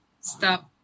Stop